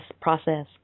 process